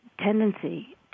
tendency